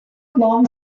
long